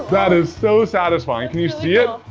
that is so satisfying. can you see it?